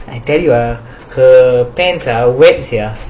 I tell you ah her test ah